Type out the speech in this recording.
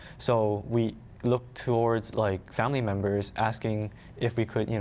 so we looked towards like family members asking if we could, you know